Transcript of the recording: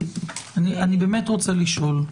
אני באמת רוצה לשאול.